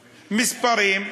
מספרים,